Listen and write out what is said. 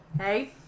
Hey